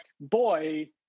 boy